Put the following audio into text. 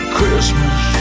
Christmas